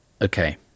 Okay